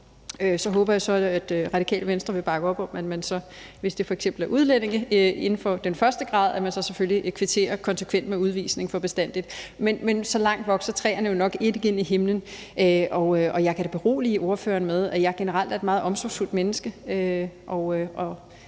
Så håber jeg, at Radikale Venstre vil bakke op om, at man så, hvis det f.eks. er udlændinge inden for den første grad, selvfølgelig kvitterer konsekvent med udvisning for bestandig, men så langt vokser træerne jo nok ikke ind i himlen. Og jeg kan da berolige ordføreren med, at jeg generelt er et meget omsorgsfuldt menneske